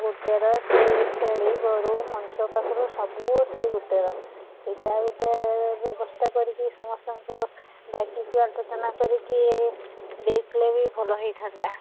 ଗୋଟେରେ ସେଇ ଛେଳି ଗୋରୁ ମଣିଷ ପାଖରୁ ସବୁ ସେଇ ଗୋଟେରେ ସେଟା ଗୋଟେ ବ୍ୟବସ୍ଥା କରିକି ସମସ୍ତଙ୍କୁ ଡାକିକି ଆଲୋଚନା କରିକି ଦେଇଥିଲେ ବି ଭଲ ହେଇଥାନ୍ତା